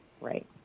Right